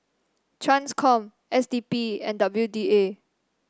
Transcom S D P and W D A